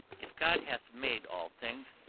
if god hath made all things,